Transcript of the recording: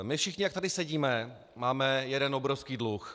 My všichni, jak tady sedíme, máme jeden obrovský dluh.